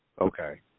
Okay